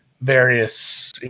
various